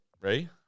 ready